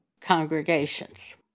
congregations